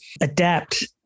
adapt